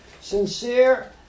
sincere